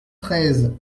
treize